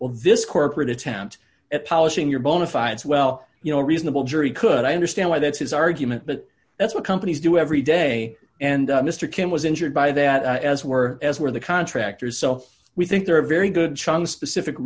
well this corporate attempt at polishing your bona fides well you know a reasonable jury could i understand why that's his argument but that's what companies do every day and mr kim was injured by that as were as were the contractors so we think they're a very good chance specific